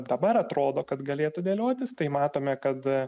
dabar atrodo kad galėtų dėliotis tai matome kad a